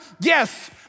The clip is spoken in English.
Yes